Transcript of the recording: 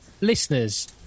listeners